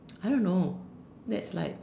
I don't know that's like